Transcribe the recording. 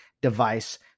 device